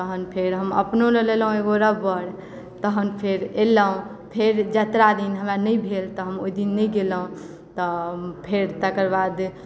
तखन हम फेर अपनहु लेल लेलहुँ एगो रब्बर तहन फेर एलहुँ फेर यात्रा दिन हमरा नहि भेल तऽ हम ओहि दिन नहि गेलहुँ तऽ फेर तकर बाद